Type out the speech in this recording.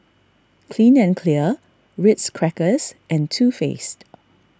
Clean and Clear Ritz Crackers and Too Faced